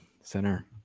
center